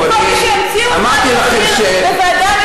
כל מי שהמציאו את "תג מחיר" זה ועדי המתיישבים.